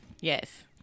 Yes